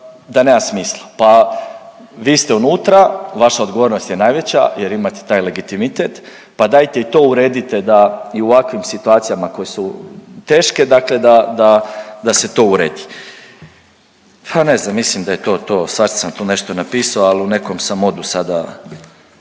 da nema smisla pa, vi ste unutra, vaša odgovornost je najveća jer imate taj legitimitet, pa dajte i to uredite da i u ovakvim situacijama koje su teške, dakle da, da se to uredi. Ha ne znam, mislim da je to to, svašta sam tu nešto napisao, ali u nekom sam modu sada